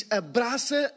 abraça